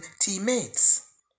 teammates